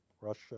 Russia